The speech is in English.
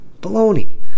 baloney